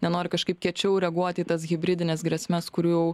nenori kažkaip kiečiau reaguoti į tas hibridines grėsmes kurių jau